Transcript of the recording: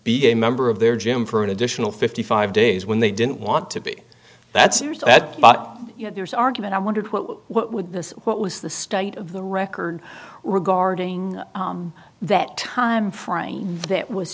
be a member of their gym for an additional fifty five days when they didn't want to be that serious that you know there's argument i wondered what would this what was the state of the record regarding that timeframe that was